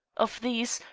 of these,